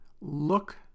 look